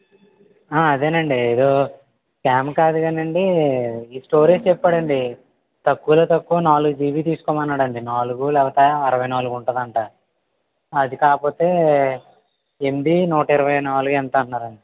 ఆ అదేనండీ ఏదో క్యాం కాదుగానండీ ఈ స్టోరేజ్ చెప్పాడండి తక్కువలో తక్కువ నాలుగు జీబీ తీసుకోమన్నాడండి నాలుగు లేకపోతే అరవై నాలుగు ఉంటుంది అట అది కాకపోతే ఎనిమిది నూట ఇరవై నాలుగు ఎంత అన్నారండి